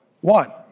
One